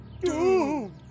Doom